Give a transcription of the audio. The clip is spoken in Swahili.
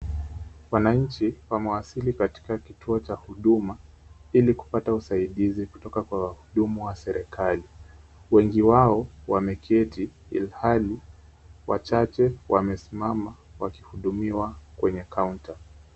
Wananchi wamewasili katika kituo cha huduma ili kupata usaidizi kutoka kwa wahudumu wa serikali. Wengi wao wameketi ilhali wachache wamesimama wakihudumiwa kwenye kaunta.